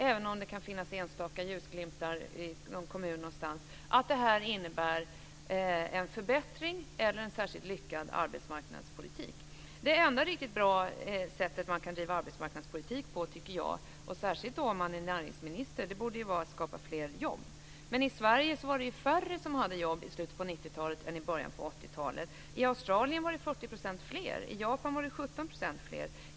Även om det kan finnas enstaka ljusglimtar i någon kommun någonstans så kan inte jag se att detta innebär någon förbättring eller någon särskilt lyckad arbetsmarknadspolitik. Det enda riktigt bra sättet som man kan driva arbetsmarknadspolitik på - särskilt om man är näringsminister - borde vara att skapa fler jobb. Men i Sverige var det färre som hade jobb i slutet på 1990-talet än i början på 1980-talet. I Australien var det 40 % fler. I Japan var det 17 % fler.